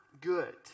good